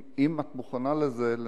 אם את מוכנה לזה,